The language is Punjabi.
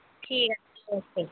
ਠੀਕ ਹੈ ਦੀਦੀ ਓਕੇ